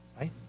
right